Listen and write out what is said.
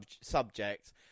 subject